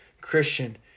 Christian